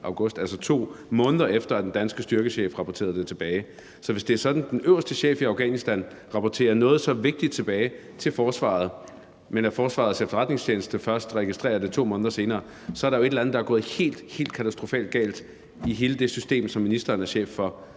altså 2 måneder efter at den danske styrkechef rapporterede det tilbage. Så hvis det er sådan, at den øverste chef i i Afghanistan rapporterer noget så vigtigt tilbage til forsvaret, men at Forsvarets Efterretningstjeneste først registrerer det 2 måneder senere, så er der jo et eller andet, der er gået helt, helt katastrofalt galt i hele det system, som ministeren er chef for.